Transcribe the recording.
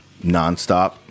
nonstop